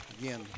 again